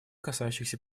касающихся